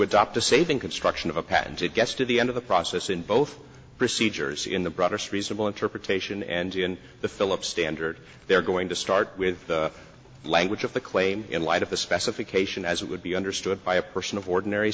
construction of a patent it gets to the end of the process in both procedures in the broadest reasonable interpretation and in the philip standard they're going to start with the language of the claim in light of the specification as it would be understood by a person of ordinary